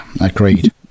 Agreed